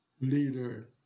leader